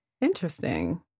Interesting